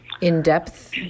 in-depth